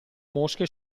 mosche